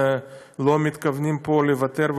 ולא מתכוונים לוותר פה,